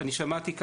אני שמעתי,